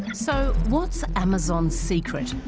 so what's amazon's secret?